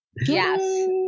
yes